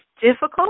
difficult